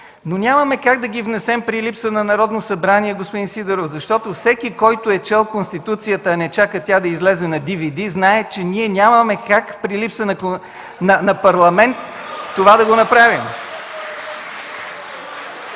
но нямаме как да ги внесем при липса на Народно събрание, господин Сидеров. Защото всеки, който е чел Конституцията, а не чака тя да излезе на DVD, знае, че ние няма как, при липса на Парламент, да направим